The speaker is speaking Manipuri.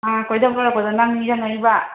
ꯑꯥ ꯀꯣꯏꯊꯕ ꯂꯣꯏꯔꯛꯄꯗ ꯅꯪ ꯅꯤꯡꯁꯤꯡꯂꯛꯂꯤꯕ